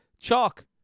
chalk